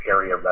Area